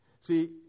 See